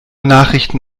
nachrichten